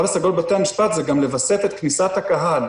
זה גם לווסת את כניסת הקהל.